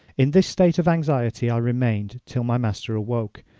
in this state of anxiety i remained till my master awoke,